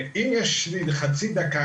אם יש לי עוד חצי דקה,